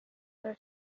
were